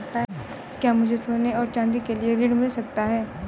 क्या मुझे सोने और चाँदी के लिए ऋण मिल सकता है?